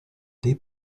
dei